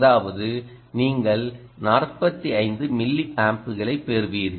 அதாவது நீங்கள் 45 மில்லியாம்ப்களைப் பெறுவீர்கள்